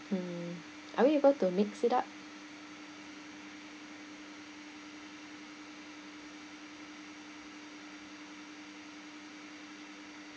mm are we able to mix it up